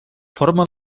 forma